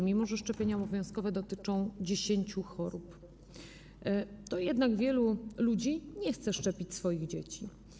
Mimo że szczepienia obowiązkowe dotyczą 10 chorób, to jednak wielu ludzi nie chce szczepić swoich dzieci.